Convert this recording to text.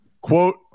quote